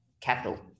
capital